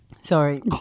Sorry